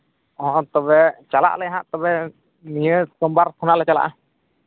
ᱦᱮᱸ ᱛᱚᱵᱮ ᱪᱟᱞᱟᱜ ᱟᱞᱮ ᱦᱟᱸᱜ ᱛᱚᱵᱮ ᱱᱤᱭᱟᱹ ᱥᱳᱢᱵᱟᱨ ᱠᱷᱚᱱᱟᱜᱞᱮ ᱪᱟᱞᱟᱜᱼᱟ